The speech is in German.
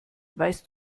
weißt